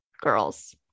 girls